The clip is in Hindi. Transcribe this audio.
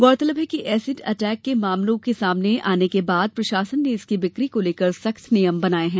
गौरतलब है कि एसिड अटैक के मामलों के सामने आने के बाद प्रशासन ने इसकी बिक्री को लेकर सख्त नियम बनाये हैं